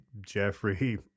Jeffrey